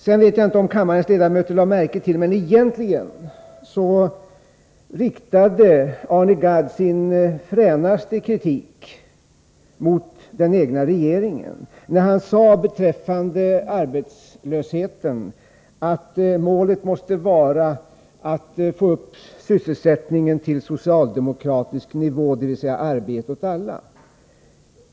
Jag vet inte om kammarens ledamöter lade märke till det, men egentligen riktade Arne Gadd sin fränaste kritik mot den egna regeringen, när han beträffande arbetslösheten sade, att målet måste vara att få upp sysselsättningen till socialdemokratisk nivå, dvs. arbete åt alla.